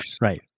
right